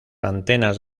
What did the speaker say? antenas